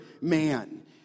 man